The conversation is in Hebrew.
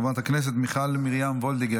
חברת הכנסת מיכל מרים וולדיגר,